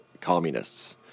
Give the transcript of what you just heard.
communists